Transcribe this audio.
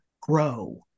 grow